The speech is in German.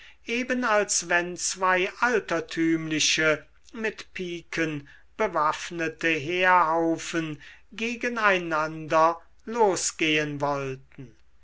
eben als wenn zwei altertümliche mit piken bewaffnete heerhaufen gegen einander losgehen wollten